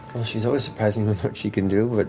well, she's always surprised and with what she can do. but